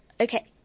Okay